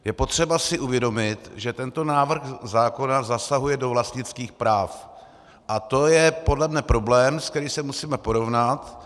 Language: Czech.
Je potřeba si uvědomit, že tento návrh zákona zasahuje do vlastnických práv a to je podle mě problém, se kterým se musíme porovnat.